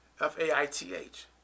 f-a-i-t-h